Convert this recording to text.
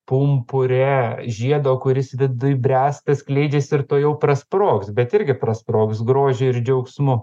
pumpure žiedo kuris viduj bręsta skleidžiasi ir tuojau prasprogs bet irgi prasprogs grožiu ir džiaugsmu